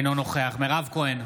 אינו נוכח מירב כהן,